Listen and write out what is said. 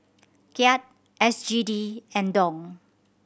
Kyat S G D and Dong